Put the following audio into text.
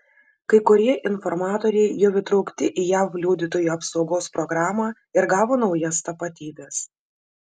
kai kurie informatoriai jau įtraukti į jav liudytojų apsaugos programą ir gavo naujas tapatybes